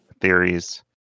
theories